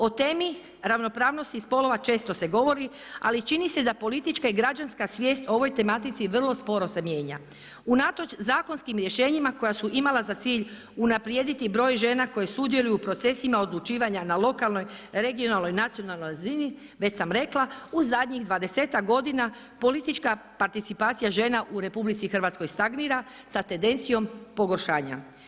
O temi ravnopravnosti spolova, često se govori, ali čini se da politička i građanska svijest o ovoj tematici vrlo sporo se mijenja, unatoč zakonskim rješenjima koja su imala za cilj unaprijediti broj žena koje sudjeluju procesima odlučivanja na lokalnoj, regionalnoj, nacionalnoj razini, već sam rekla, u zadnjih 20-tak godina, politička participacija žena u RH stagnira sa tendencijom pogoršanja.